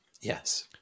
yes